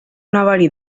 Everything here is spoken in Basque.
nabari